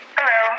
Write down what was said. Hello